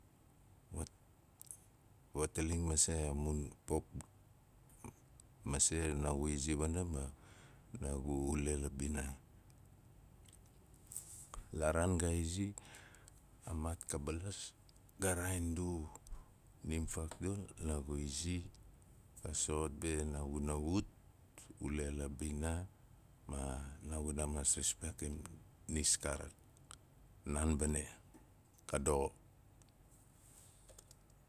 Wataling mase a mun pop masei naagu izi wana ma naagu ule la bina. La raan gu izi a maat ka balas ga raain du nim faaugdul naagu izi ga so- ot be ut, ule la bina ma maas ripekam nis kaarak. Naan ba ne. Ka doxo.